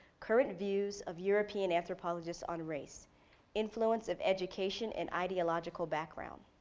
current views of european anthropologists on race influence of education and ideological background.